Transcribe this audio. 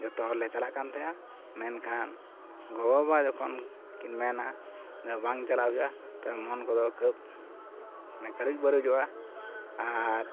ᱡᱚᱛᱚ ᱦᱚᱲᱞᱮ ᱪᱟᱞᱟᱜᱠᱟᱱ ᱛᱮᱦᱮᱱᱟ ᱢᱮᱱᱠᱷᱟᱱ ᱜᱚᱜᱚᱼᱵᱟᱵᱟ ᱡᱚᱠᱷᱚᱱᱠᱤᱱ ᱢᱮᱱᱟ ᱵᱟᱝ ᱪᱟᱞᱟᱜ ᱦᱩᱭᱩᱜᱼᱟ ᱛᱚ ᱢᱚᱱ ᱠᱚᱫᱚ ᱠᱟᱹᱨᱩᱡᱼᱵᱟᱨᱩᱡᱚᱜᱼᱟ ᱟᱨ